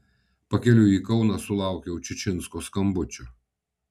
pakeliui į kauną sulaukiau čičinsko skambučio